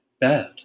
bad